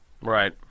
Right